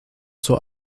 zur